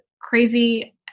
crazy